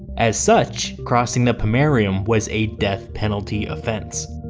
as such, crossing the pomerium was a death penalty offense.